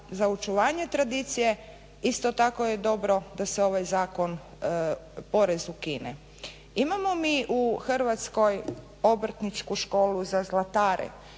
za očuvanje tradicije isto tako je dobro da se ovaj zakon, porez ukine. Imamo mi u Hrvatskoj obrtničku školu za zlatare.